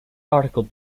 article